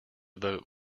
vote